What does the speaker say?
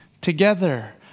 together